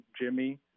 Jimmy